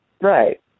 Right